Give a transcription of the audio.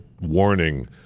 warning